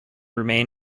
remain